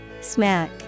smack